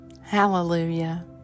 Hallelujah